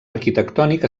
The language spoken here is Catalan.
arquitectònic